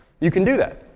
you can do that.